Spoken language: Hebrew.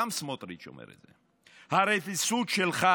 וגם סמוטריץ' אומר את זה: הרפיסות שלך,